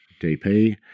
DP